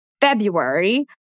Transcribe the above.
February